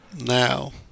Now